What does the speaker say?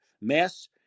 mass